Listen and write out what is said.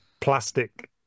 plastic